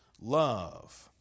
love